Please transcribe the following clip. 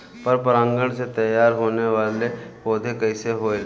पर परागण से तेयार होने वले पौधे कइसे होएल?